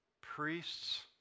priests